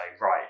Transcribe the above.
right